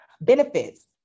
benefits